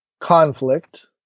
conflict